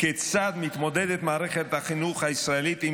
כיצד מתמודדת מערכת החינוך הישראלית עם